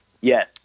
Yes